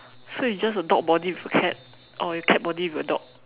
so it's just a dog body with a cat or cat body with a dog